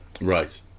Right